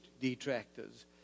detractors